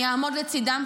אני אעמוד לצידם,